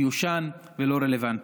מיושן ולא רלוונטי.